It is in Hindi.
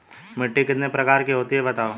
मिट्टी कितने प्रकार की होती हैं बताओ?